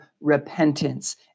repentance